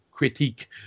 critique